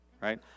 right